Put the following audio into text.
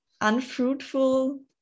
unfruitful